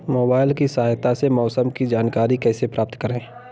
Mobile की सहायता से मौसम की जानकारी कैसे प्राप्त करें?